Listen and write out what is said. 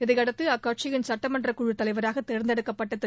இதையடுத்து அக்கட்சியின் சட்டமன்றக் குழுத் தலைவராக தேர்ந்தெடுக்கப்பட்ட திரு